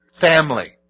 Family